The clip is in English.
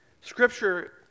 Scripture